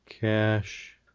cache